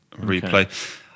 Replay